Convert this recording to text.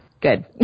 Good